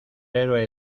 héroe